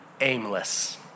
aimless